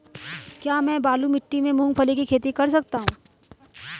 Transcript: क्या मैं बालू मिट्टी में मूंगफली की खेती कर सकता हूँ?